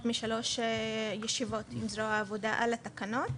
משלוש ישיבות עם זרוע העבודה על התקנות.